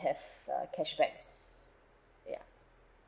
have uh cashback ya